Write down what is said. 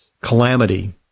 calamity